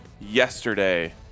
yesterday